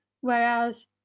Whereas